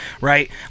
right